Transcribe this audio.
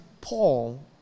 Paul